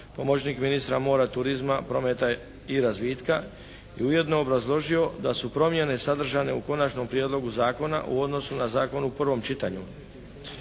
pomoćnik ministra mora, turizma, prometa i razvitka i ujedno obrazložio da su promjene sadržane u konačnom prijedlogu zakona u odnosu na zakon u prvom čitanju.